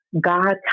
God